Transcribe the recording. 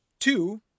two